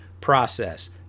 process